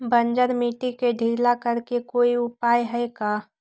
बंजर मिट्टी के ढीला करेके कोई उपाय है का?